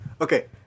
Okay